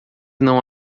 não